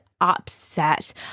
upset